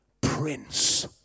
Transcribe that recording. Prince